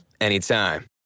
anytime